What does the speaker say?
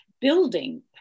building